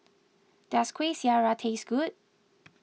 does Kuih Syara taste good